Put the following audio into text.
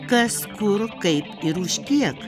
kas kur kaip ir už kiek